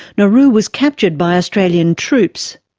nauru was captured by australian troops.